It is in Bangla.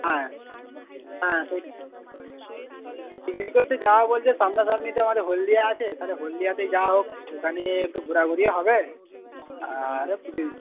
হ্যাঁ হ্যাঁ পিকনিক করতে যাওয়া বলতে সামনাসামনি তো আমাদের হলদিয়া আছে তাহলে হলদিয়াতেই যাওয়া হোক ওইখানে একটু ঘোরাঘোরিও হবে আর